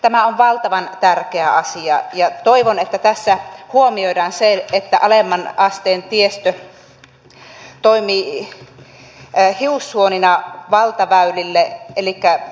tämä on valtavan tärkeä asia ja toivon että tässä huomioidaan se että alemman asteen tiestö toimii hiussuonina valtaväylille